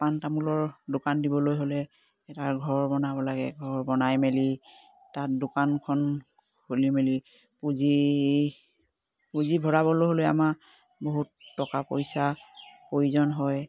পান তামোলৰ দোকান দিবলৈ হ'লে তাৰ ঘৰ বনাব লাগে ঘৰ বনাই মেলি তাত দোকানখন খুলি মেলি পুঁজি ভৰাবলৈ হ'লে আমাৰ বহুত টকা পইচাৰ প্ৰয়োজন হয়